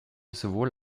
sowohl